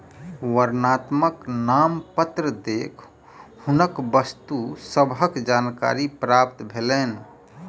वर्णनात्मक नामपत्र देख हुनका वस्तु सभक जानकारी प्राप्त भेलैन